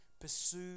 pursue